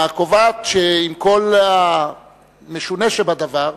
הקובעת שעם כל המשונה שבדבר,